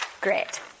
Great